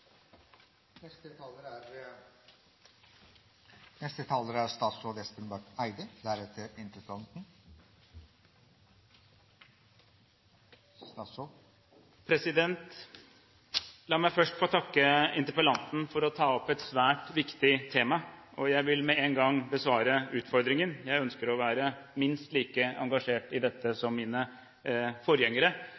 Eide. La meg først få takke interpellanten for å ta opp et svært viktig tema. Jeg vil med en gang besvare utfordringen: Jeg ønsker å være minst like engasjert i dette